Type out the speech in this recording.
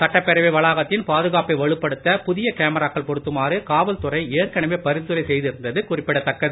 சட்டப்பேரவை வளாகத்தின் பாதுகாப்பை வலுப்படுத்த புதிய கேமராக்கள் பொருத்துமாறு காவல்துறை ஏற்கனவே பரிந்துரை செய்திருந்தது குறிப்பிடத்தக்கது